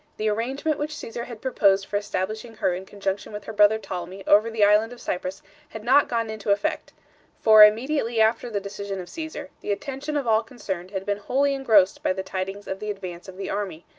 the arrangement which caesar had proposed for establishing her in conjunction with her brother ptolemy over the island of cyprus had not gone into effect for, immediately after the decision of caesar, the attention of all concerned had been wholly engrossed by the tidings of the advance of the army,